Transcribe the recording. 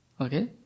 Okay